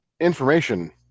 information